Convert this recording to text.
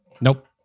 nope